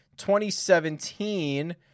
2017